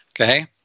Okay